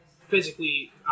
physically